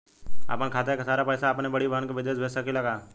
अपने खाते क सारा पैसा अपने बड़ी बहिन के विदेश भेज सकीला का?